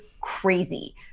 crazy